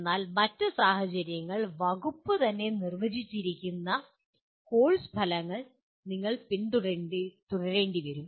എന്നാൽ മറ്റ് സാഹചര്യങ്ങളിൽ വകുപ്പ് തന്നെ നിർവചിച്ചിരിക്കുന്ന കോഴ്സ് ഫലങ്ങൾ നിങ്ങൾ പിന്തുടരേണ്ടിവരും